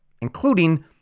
including